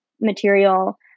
material